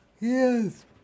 Yes